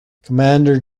commander